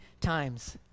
times